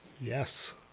Yes